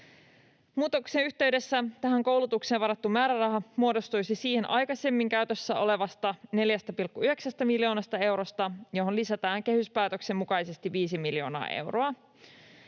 Muutoksen yhteydessä tähän koulutukseen varattu määräraha muodostuisi siihen aikaisemmin käytössä olevasta 4,9 miljoonasta eurosta, johon lisätään kehyspäätöksen mukaisesti 5 miljoonaa euroa,